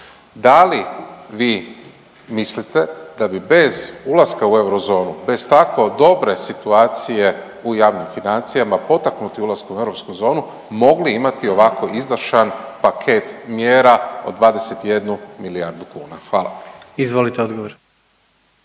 Da li vi mislite da bi bez ulaska u euro zonu, bez tako dobre situacije u javnim financijama potaknuti ulaskom Hrvatske u europsku zonu mogli imati ovako izdašan paket mjera od 21 milijardu kuna. Hvala. **Jandroković,